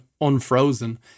unfrozen